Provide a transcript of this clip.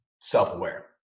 self-aware